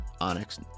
Onyx